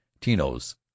Tino's